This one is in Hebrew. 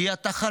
כי אתה חלש,